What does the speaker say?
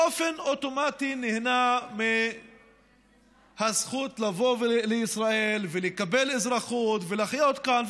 באופן אוטומטי נהנה מהזכות לבוא לישראל ולקבל אזרחות ולחיות כאן,